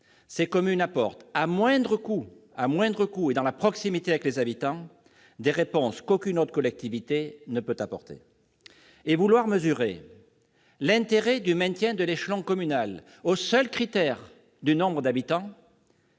ces communes apportent, à moindre coût et dans la proximité avec les habitants, des réponses qu'aucune autre collectivité ne peut apporter. Vouloir mesurer l'intérêt du maintien de l'échelon communal au seul critère de son nombre d'habitants